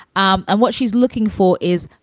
um and what she's looking for is,